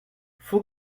faut